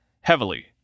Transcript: heavily